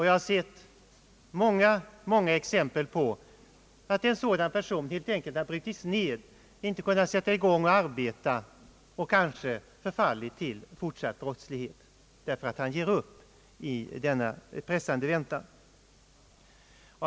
Jag har sett många exempel på att en sådan person helt enkelt har brutits ned, inte har kunnat sätta i gång och arbeta och kanske förfallit till fortsatt brottslighet, därför att han ger upp i denna pressande väntan.